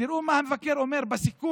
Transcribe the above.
תראו מה המבקר אומר בסיכום: